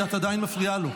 פעמיים כי את מפריעה לדוברים.